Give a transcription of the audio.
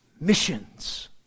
missions